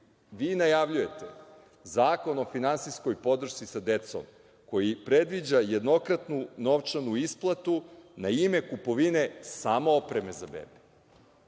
vi najavljujete Zakon o finansijskoj podršci sa decom, koji predviđa jednokratnu novčanu isplatu na ime kupovine samo opreme za bebe,